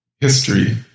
History